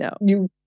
No